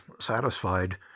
satisfied